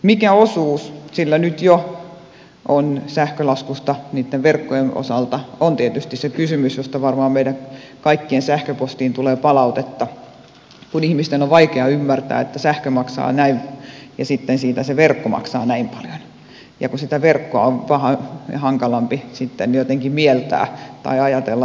mikä osuus sillä nyt jo on sähkölaskusta niitten verkkojen osalta on tietysti se kysymys josta varmaan meidän kaikkien sähköpostiin tulee palautetta kun ihmisten on vaikea ymmärtää että sähkö maksaa näin ja sitten siitä se verkko maksaa näin paljon ja kun sitä verkkoa on vähän hankalampi sitten jotenkin mieltää tai ajatella tai vaihtaa